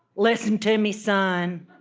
listen to me, son.